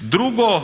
Drugo,